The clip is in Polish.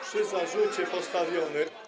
przy zarzucie postawionym.